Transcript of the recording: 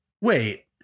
Wait